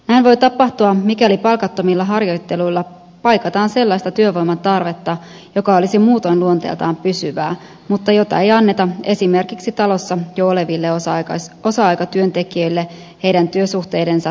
näin voi tapahtua mikäli palkattomilla harjoitteluilla paikataan sellaista työvoiman tarvetta joka olisi muutoin luonteeltaan pysyvää mutta jota ei anneta esimerkiksi talossa jo oleville osa aikatyöntekijöille heidän työsuhteidensa täysaikaistamiseen